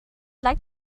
like